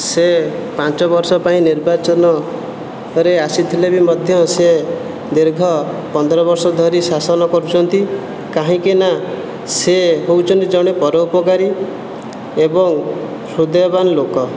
ସେ ପାଞ୍ଚ ବର୍ଷ ପାଇଁ ନିର୍ବାଚନରେ ଆସିଥିଲେ ବି ମଧ୍ୟ ସେ ଦୀର୍ଘ ପନ୍ଦର ବର୍ଷ ଧରି ଶାସନ କରୁଛନ୍ତି କାହିଁକିନା ସେ ହେଉଛନ୍ତି ଜଣେ ପରୋପକାରୀ ଏବଂ ହୃଦୟବାନ ଲୋକ